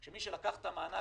אולי אם תשלח את המכתב,